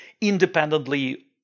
independently